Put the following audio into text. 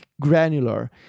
granular